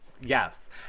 Yes